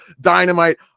dynamite